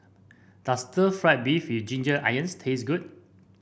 does stir fry beef with Ginger Onions taste good